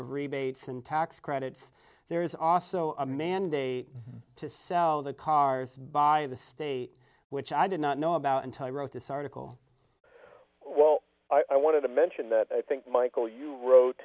of rebates and tax credits there is also a mandate to sell the cars by the state which i did not know about until i wrote this article well i wanted to mention that i think michael you